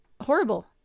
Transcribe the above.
horrible